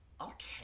Okay